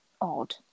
odd